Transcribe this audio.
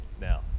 now